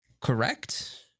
correct